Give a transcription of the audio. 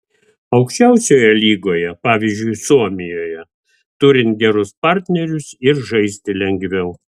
aukščiausioje lygoje pavyzdžiui suomijoje turint gerus partnerius ir žaisti lengviau